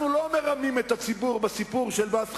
אנחנו לא מרמים את הציבור בסיפור של מס חברות.